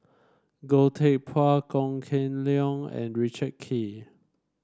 Goh Teck Phuan Goh Kheng Long and Richard Kee